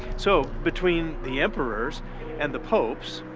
so, between the emperors and the popes,